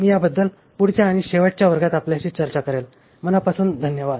मी याबद्दल पुढच्या आणि शेवटच्या वर्गात आपल्याशी चर्चा करेन मनापासून धन्यवाद